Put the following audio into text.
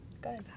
Good